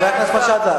חבר הכנסת מג'אדלה,